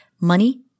money